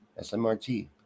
SMRT